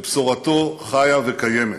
שבשורתו חיה וקיימת.